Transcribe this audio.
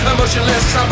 Emotionless